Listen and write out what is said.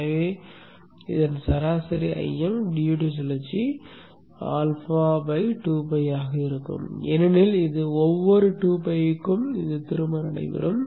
எனவே இதன் சராசரி I m டியூட்டி சுழற்சி α2π ஆக இருக்கும் ஏனெனில் இது ஒவ்வொரு 2πக்கும் திரும்பும்